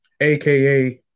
aka